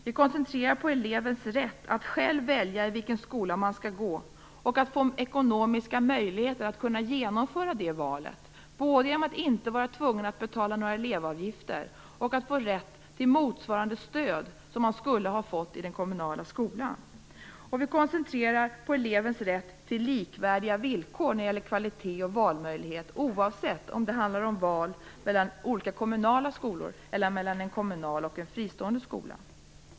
Vi koncentrerar oss på elevens rätt att själv välja i vilken skola man skall gå och att få ekonomiska möjligheter att kunna genomföra det valet både genom att inte vara tvungen att betala några elevavgifter och genom att få rätt till motsvarande stöd som man skulle ha fått i den kommunala skolan. Vi koncentrerar oss på elevens rätt till likvärdiga villkor när det gäller kvalitet och valmöjlighet oavsett om det handlar om val mellan olika kommunala skolor eller mellan en kommunal och en fristående skola.